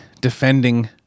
defending